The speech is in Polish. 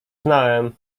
znałem